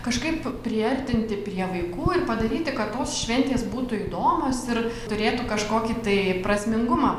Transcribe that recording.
kažkaip priartinti prie vaikų ir padaryti kad tos šventės būtų įdomios ir turėtų kažkokį tai prasmingumą